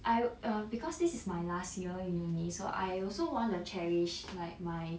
I err because this is my last year in uni so I also want to cherish like my